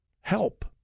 Help